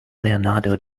leonardo